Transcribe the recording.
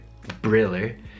Briller